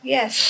Yes